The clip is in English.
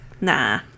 nah